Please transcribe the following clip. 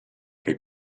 che